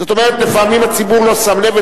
זאת אומרת: לפעמים הציבור לא שם לב,